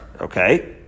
Okay